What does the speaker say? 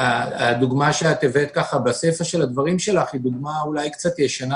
הדוגמה שהבאת בסיפה של הדברים שלך היא דוגמה אולי קצת ישנה,